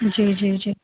جی جی جی